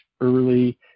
early